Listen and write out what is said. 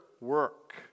work